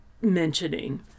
mentioning